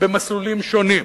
במסלולים שונים,